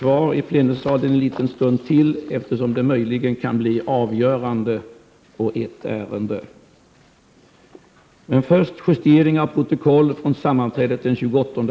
Vi lyser frid över deras minne.